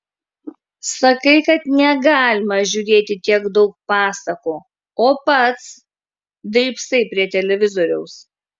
sakai kad negalima žiūrėti tiek daug pasakų o pats drybsai prie televizoriaus